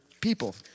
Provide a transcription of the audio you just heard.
people